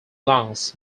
lungs